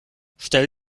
stell